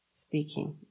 speaking